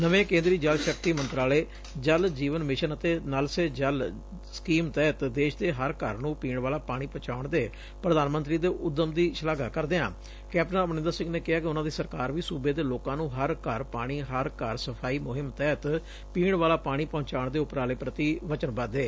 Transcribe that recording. ਨਵੇਂ ਕੇਂਦਰੀ ਜਲ ਸ਼ਕਤੀ ਮੰਤਰਾਲੇ ਜਲ ਜੀਵਨ ਮਿਸ਼ਨ ਅਤੇ ਨਲ ਸੇ ਜਲ ਸਕੀਮ ਤਹਿਤ ਦੇਸ਼ ਦੇ ਹਰ ਘਰ ਨੂੰ ਪੀਣ ਵਾਲਾ ਪਾਣੀ ਪਹੁੰਚਾਉਣ ਦੇ ਪ੍ਰਧਾਨ ਮੰਤਰੀ ਦੇ ਉੱਦਮ ਦੀ ਸ਼ਲਾਘਾ ਕਰਦਿਆਂ ਕੈਪਟਨ ਅਮਰਿੰਦਰ ਸਿੰਘ ਨੇ ਕਿਹਾ ਕਿ ਉਨੂਾ ਦੀ ਸਰਕਾਰ ਵੀ ਸੁਬੇ ਦੇ ਲੋਕਾਂ ਨੂੰ ਹਰ ਘਰ ਪਾਣੀ ਹਰ ਘਰ ਸਫ਼ਾਈ ਮੁਹਿੰਮ ਤਹਿਤ ਪੀਣ ਵਾਲਾ ਪਾਣੀ ਪਹੁੰਚਾਉਣ ਦੇ ਉਪਰਾਲੇ ਪ੍ਤੀ ਵਚਨਬੱਧ ਏ